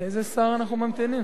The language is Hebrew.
לאיזה שר אנחנו ממתינים?